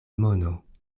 mono